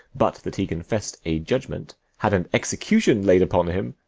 but that he confessed a judgment, had an execution laid upon him,